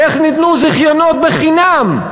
איך ניתנו זיכיונות בחינם?